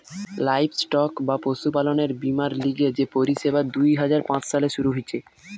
livestock বা পশুপালনের বীমার লিগে যে পরিষেবা দুই হাজার পাঁচ সালে শুরু হিছে